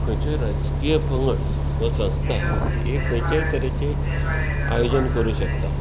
खंयचोय राजकीय पंगड वा संस्था हे खंयचेय तरेचे आयोजन करुंक शकता